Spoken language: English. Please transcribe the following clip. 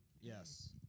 Yes